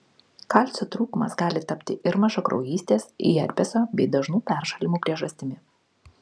kalcio trūkumas gali tapti ir mažakraujystės herpeso bei dažnų peršalimų priežastimi